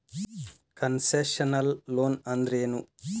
Concessional loan ಅಂದ್ರೇನು?